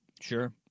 Sure